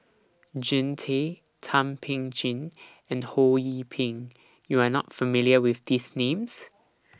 Jean Tay Thum Ping Tjin and Ho Yee Ping YOU Are not familiar with These Names